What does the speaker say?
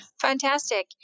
Fantastic